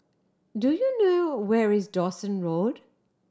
do you know where is Dawson Road